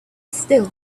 still